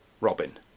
Robin